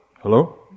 Hello